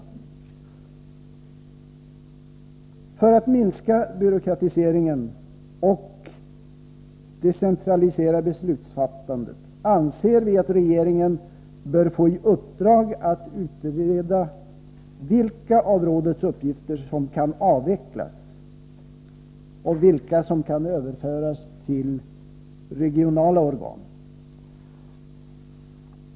För att minska byråkratiseringen och decentralisera beslutsfattandet anser vi att regeringen bör få i uppdrag att utreda vilka av rådets uppgifter som kan avvecklas och vilka som kan överföras till regionala organ.